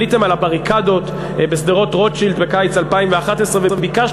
עליתם על הבריקדות בשדרות-רוטשילד בקיץ 2011 וביקשתם,